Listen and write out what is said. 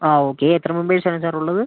ആ ഓക്കെ എത്ര മെംബേഴ്സ് ആണ് സാര് ഉള്ളത്